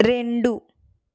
రెండు